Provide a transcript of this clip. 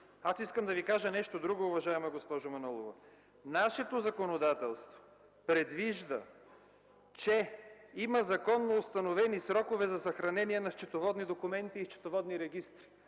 Искам да Ви кажа нещо друго, уважаема госпожо Манолова. Нашето законодателство предвижда, че има законоустановени срокове за съхранение на счетоводни документи и счетоводни регистри.